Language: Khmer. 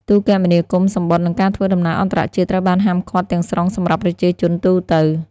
ទូរគមនាគមន៍ សំបុត្រ និងការធ្វើដំណើរអន្តរជាតិត្រូវបានហាមឃាត់ទាំងស្រុងសម្រាប់ប្រជាជនទូទៅ។